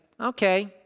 Okay